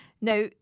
Now